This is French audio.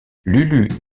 lulu